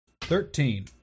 Thirteen